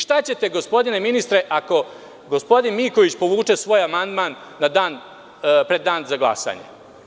Šta ćete, gospodine ministre, ako gospodin Miković povuče svoj amandman pred dan za glasanje?